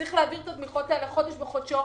וצריך להעביר את התמיכות האלה חודש בחודשו.